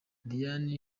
diane